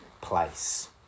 place